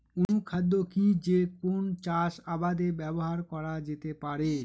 অনুখাদ্য কি যে কোন চাষাবাদে ব্যবহার করা যেতে পারে?